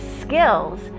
skills